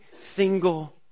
single